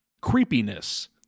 creepiness